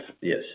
Yes